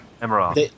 Emerald